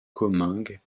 comminges